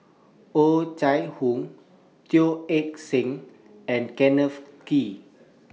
Oh Chai Hoo Teo Eng Seng and Kenneth Kee